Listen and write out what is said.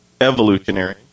evolutionary